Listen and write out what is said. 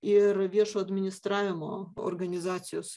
ir viešo administravimo organizacijos